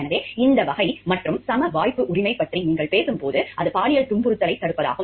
எனவே இந்த வகை மற்றும் சம வாய்ப்பு உரிமை பற்றி நீங்கள் பேசும்போது அது பாலியல் துன்புறுத்தலைத் தடுப்பதாகும்